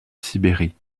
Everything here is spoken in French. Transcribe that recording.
sibérie